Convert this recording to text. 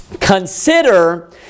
Consider